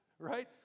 right